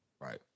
right